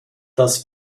das